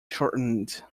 shortened